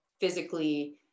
physically